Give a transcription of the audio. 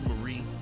Marie